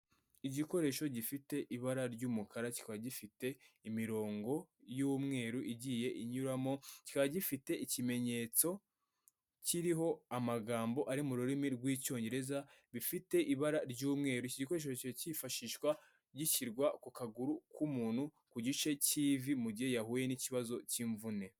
Igikoresho gifite ibara ry'umukara kikaba gifite imirongo y'umweru igiye inyuramo, kikaba gifite ikimenyetso kiriho amagambo ari mu rurimi rw'icyongereza bifite ibara ry'umweru iki gikoresho kikaba cyifashishwa gishyirwa ku kaguru k'umuntu ku gice cy'ivi mu gihe yahuye n'ikibazo cy'imvune.